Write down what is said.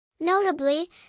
Notably